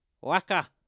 waka